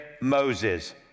Moses